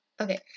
Okay